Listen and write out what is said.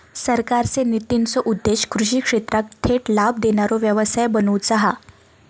सरकारचे नितींचो उद्देश्य कृषि क्षेत्राक थेट लाभ देणारो व्यवसाय बनवुचा हा